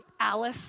Alice